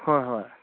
ꯍꯣꯏ ꯍꯣꯏ